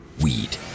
Weed